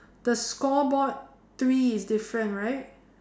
the scoreboard three is different right